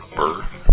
birth